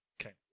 Okay